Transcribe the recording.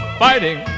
fighting